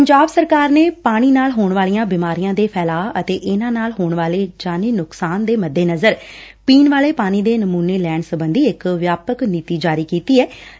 ਪੰਜਾਬ ਸਰਕਾਰ ਨੇ ਪਾਣੀ ਨਾਲ ਹੋਣ ਵਾਲੀਆਂ ਬਿਮਾਰੀਆਂ ਦੇ ਫੈਲਾਅ ਅਤੇ ਇਨਾਂ ਨਾਲ ਹੋਣ ਵਾਲੇ ਜਾਨੀ ਨੁਕਸਾਨ ਦੇ ਮੱਦੇਨਜ਼ਰ ਪੀਣ ਵਾਲੇ ਪਾਣੀ ਦੇ ਨਮੁਨੇ ਲੈਣ ਸਬੰਧੀ ਇਕ ਵਿਆਪਕ ਨੀਤੀ ਜਾਰੀ ਕੀਤੀ ਐਂ